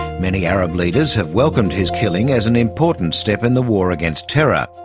many arab leaders have welcomed his killing as an important step in the war against terror.